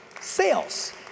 Sales